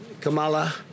Kamala